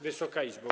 Wysoka Izbo!